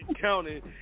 County